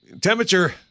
temperature